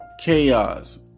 chaos